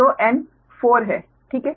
तो n 4 है ठीक है